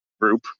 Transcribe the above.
group